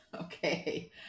Okay